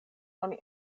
oni